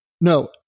No